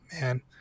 man